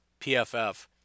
PFF